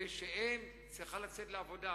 וכאשר אם צריכה לצאת לעבודה,